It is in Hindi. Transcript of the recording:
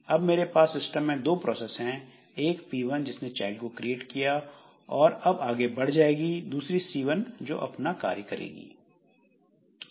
अब मेरे पास सिस्टम में दो प्रोसेस है एक P1 जिसने चाइल्ड को क्रिएट किया और अब आगे बढ़ जाएगी दूसरी C1 जो अपना कार्य करेगी